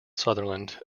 sutherland